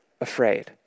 afraid